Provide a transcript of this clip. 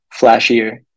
flashier